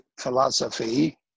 philosophy